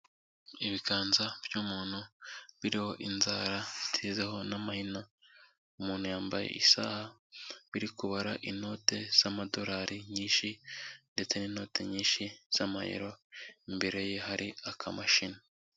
Ibiganza by'umuntu, biriho inzara zisizeho n'amahina, umuntu yambaye isaha, biri kubara inote z'amadorari nyinshi ndetse n'inote nyinshi z'amayero, imbere ye hari akamashini.